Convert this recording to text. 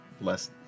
less